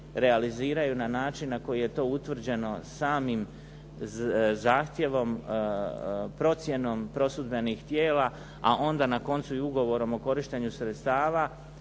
realizaciju na način na koji je to utvrđeno samim zahtjevom, procjenom, prosudbenih tijela a onda na koncu i ugovorom o korištenju sredstava